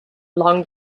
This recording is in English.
long